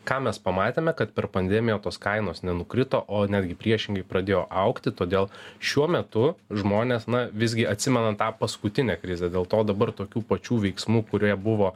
ką mes pamatėme kad per pandemiją tos kainos nenukrito o netgi priešingai pradėjo augti todėl šiuo metu žmonės na visgi atsimenan tą paskutinę krizę dėl to dabar tokių pačių veiksmų kurie buvo